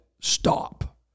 stop